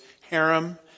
harem